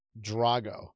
Drago